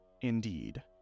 indeed